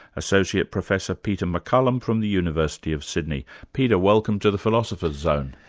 associate professor peter mccallum from the university of sydney. peter, welcome to the philosopher's zone.